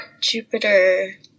Jupiter